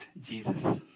Jesus